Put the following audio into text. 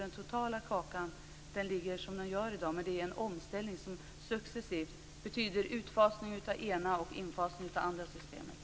Den totala kakan ligger som den gör i dag, men det är en omställning som successivt betyder utfasning av det ena systemet och infasning av det andra systemet.